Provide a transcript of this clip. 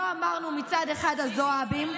לא אמרנו מצד אחד "הזועבים",